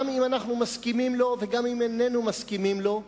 גם אם אנחנו מסכימים לו וגם אם איננו מסכימים לו,